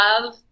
love